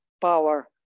power